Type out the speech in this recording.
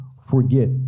forget